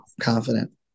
Confident